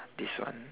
this one